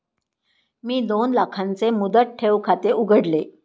मी दोन लाखांचे मुदत ठेव खाते उघडले